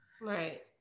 right